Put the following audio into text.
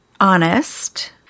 honest